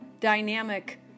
dynamic